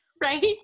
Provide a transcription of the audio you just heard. Right